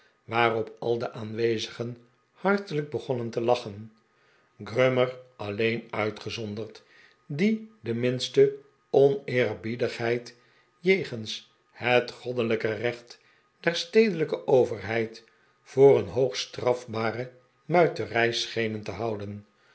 waarop al de aanwezigen hartelijk begonnen te lachen grummer alleen uitgezonderd die de minste oneerbiedigheid jegens het goddelijke recht der stedelijke overheid voor een hoogst strafbare muiterij scheen te houden